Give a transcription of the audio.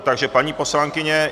Takže paní poslankyně...